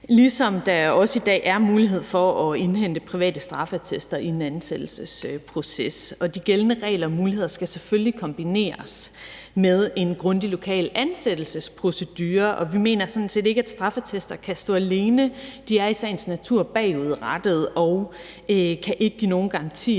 ligesom der også i dag er mulighed for at indhente private straffeattester i en ansættelsesproces. De gældende regler og muligheder skal selvfølgelig kombineres med en grundig lokal ansættelsesprocedure. Vi mener sådan set ikke, at straffeattester kan stå alene. De er i sagens natur bagudrettede og kan ikke give nogen garantier